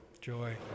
Joy